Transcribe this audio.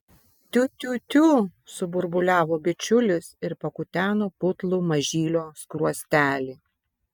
tiu tiu tiu suburbuliavo bičiulis ir pakuteno putlų mažylio skruostelį